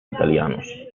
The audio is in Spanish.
italianos